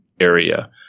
area